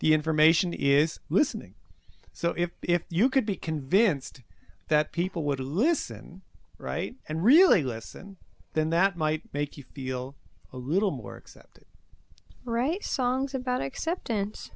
the information is listening so if you could be convinced that people would listen write and really listen then that might make you feel a little more accepted write songs about acceptance